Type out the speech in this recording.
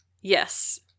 Yes